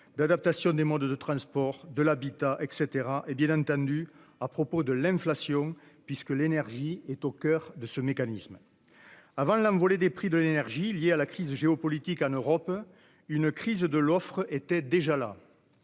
l'adaptation des modes de transport et de l'habitat, ou encore l'inflation, puisque l'énergie est au coeur de son mécanisme. Avant l'envolée des prix de l'énergie liée à la crise géopolitique en Europe, une crise de l'offre était déjà là.